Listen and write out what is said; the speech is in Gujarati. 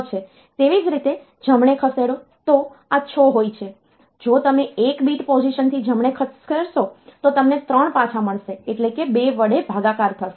તેવી જ રીતે જમણે ખસેડો તો આ 6 હોય છે જો તમે 1 બીટ પોઝિશન થી જમણે ખસેડશો તો તમને 3 પાછા મળશે એટલે કે 2 વડે ભાગાકાર થશે